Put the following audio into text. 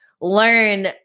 learn